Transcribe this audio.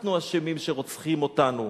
אנחנו אשמים שרוצחים אותנו.